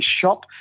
shop